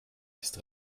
ist